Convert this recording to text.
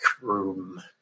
room